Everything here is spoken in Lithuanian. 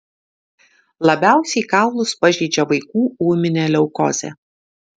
labiausiai kaulus pažeidžia vaikų ūminė leukozė